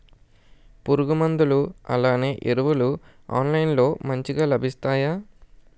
పురుగు మందులు అలానే ఎరువులు ఆన్లైన్ లో మంచిగా లభిస్తాయ?